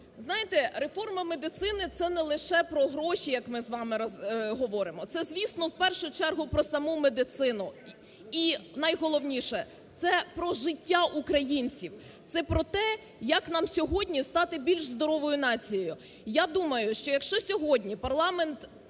Знаєте, реформа медицини – це не лише про гроші, як ми з вами говоримо. Це, звісно, в першу чергу про саму медицину. І найголовніше, це про життя українців, це про те, як нам сьогодні стати більш здоровою нацією. Я думаю, що якщо сьогодні парламент